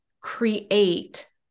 create